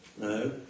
No